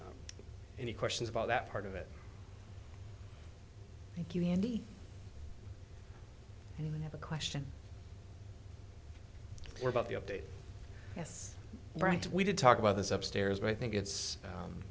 any questions about that part of it thank you andy i have a question about the update yes we did talk about this upstairs but i think it's